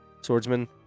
swordsman